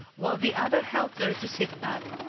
while the other helped her to sit up.